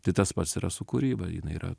tai tas pats yra su kūryba jinai yra